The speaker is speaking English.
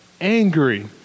angry